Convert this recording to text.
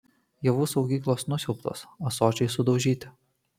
javų saugyklos nusiaubtos ąsočiai sudaužyti